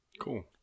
Cool